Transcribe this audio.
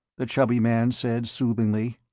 the chubby man said soothingly.